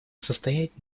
состоять